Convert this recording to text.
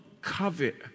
covet